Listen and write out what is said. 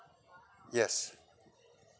yes